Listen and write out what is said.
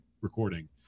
recording